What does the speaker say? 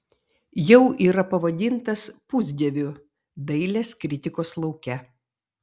jau yra pavadintas pusdieviu dailės kritikos lauke